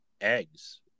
eggs